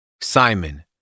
Simon